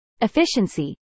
efficiency